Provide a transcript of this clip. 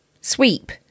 Sweep